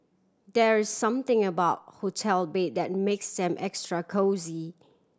there's something about hotel bed that makes them extra cosy